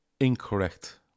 Incorrect